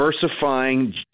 diversifying